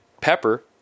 pepper